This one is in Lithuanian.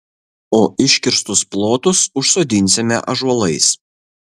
o iškirstus plotus užsodinsime ąžuolais